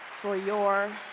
for your